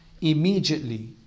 immediately